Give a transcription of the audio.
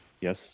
yes